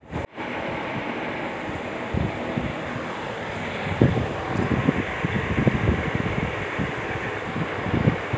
क्या passbook update करने के अलावा अकाउंट बैलेंस चेक करने का कोई और तरीका है?